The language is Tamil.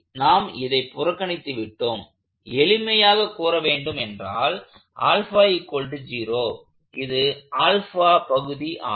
நாம் இதை புறக்கணித்துவிட்டோம் எளிமையாகக் கூற வேண்டும் என்றால் இது பகுதி ஆகும்